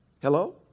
hello